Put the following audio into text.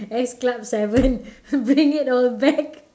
S club seven bring it all back